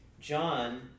John